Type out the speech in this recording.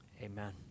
amen